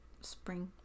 Spring